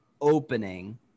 opening